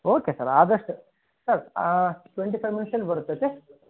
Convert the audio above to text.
okay sir ಆದಷ್ಟು sir twenty five ಮಿನಿಟ್ಸಲ್ಲಿ ಬರುತ್ತೆ ಓಕೆ ಸರ್